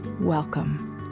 Welcome